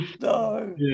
no